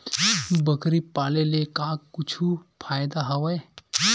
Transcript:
बकरी पाले ले का कुछु फ़ायदा हवय?